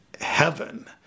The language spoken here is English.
heaven